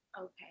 Okay